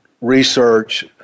research